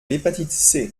l’hépatite